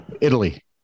Italy